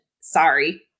Sorry